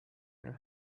your